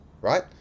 right